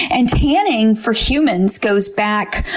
and tanning, for humans, goes back,